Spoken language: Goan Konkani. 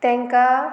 तांकां